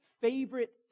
favorite